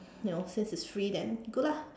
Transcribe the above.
you know since it's free then good lah